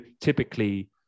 typically